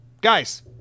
guys